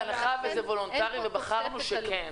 בהנחה ובחרנו שכן,